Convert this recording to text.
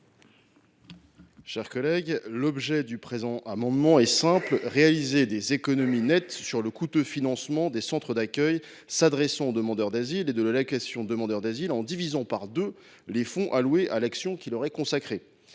Aymeric Durox. L’objet de cet amendement est simple : réaliser des économies nettes sur le coûteux financement des centres d’accueil destinés aux demandeurs d’asile et de l’allocation pour demandeur d’asile, en divisant par deux les fonds alloués à l’action qui leur est consacrée.